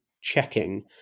checking